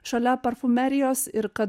šalia parfumerijos ir kad